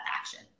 action